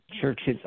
churches